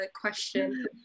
question